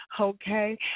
okay